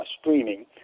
streaming